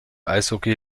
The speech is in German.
eishockey